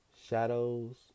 Shadows